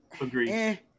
Agreed